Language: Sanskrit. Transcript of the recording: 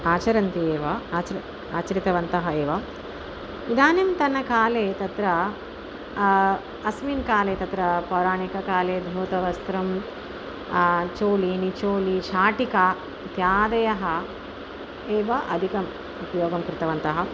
आचरन्ति एव आच्र् आचरितवन्तः एव इदानीन्तनकाले तत्र अस्मिन् काले तत्र पौराणिककाले धौतवस्त्रं चोलि निचोली शाटिका इत्यादयः एव अधिकम् उपयोगं कृतवन्तः